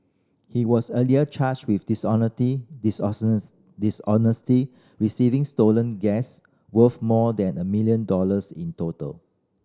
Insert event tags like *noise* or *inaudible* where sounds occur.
he was earlier charged with *unintelligible* dishonestly receiving stolen gas worth more than a million dollars in total